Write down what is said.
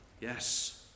yes